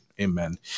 Amen